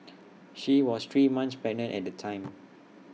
she was three months pregnant at the time